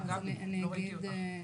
גבי, מה את אומרת?